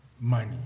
money